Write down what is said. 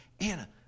Anna